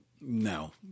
No